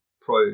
Pro